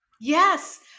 Yes